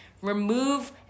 Remove